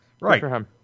Right